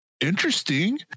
interesting